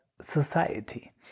society